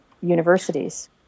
universities